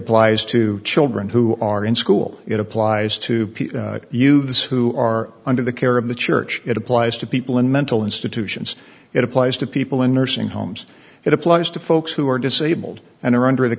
applies to children who are in school it applies to you this who are under the care of the church it applies to people in mental institutions it applies to people in nursing homes it applies to folks who are disabled and are under the